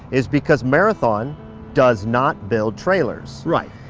is because marathon does not build trailers. right.